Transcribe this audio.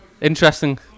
Interesting